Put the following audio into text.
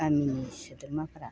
गामिनि सोद्रोमाफोरा